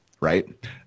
right